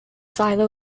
silo